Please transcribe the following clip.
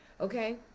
okay